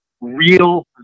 real